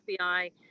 fbi